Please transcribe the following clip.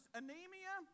anemia